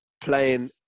playing